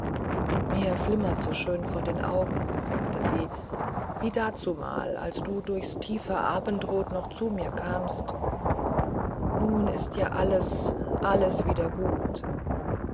mir flimmert's so schön vor den augen sagte sie wie dazumal als du durchs tiefe abendrot noch zu mir kamst nun ist ja alles alles wieder gut